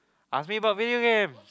ask me about video games